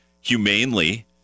humanely